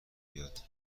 بیاد